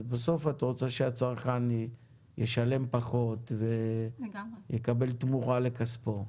אז בסוף את רוצה שהצרכן ישלם פחות ויקבל תמורה לכספו.